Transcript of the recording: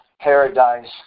paradise